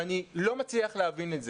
ואני לא מצליח להבין את זה.